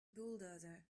bulldozer